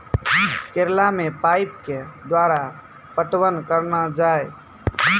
करेला मे पाइप के द्वारा पटवन करना जाए?